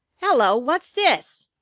hello! wot's dis?